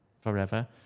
forever